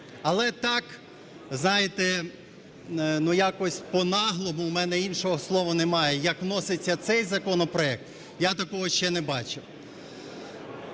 але так, знаєте, якось по-наглому, в мене іншого слова немає, як вноситься цей законопроект, я такого ще не бачив.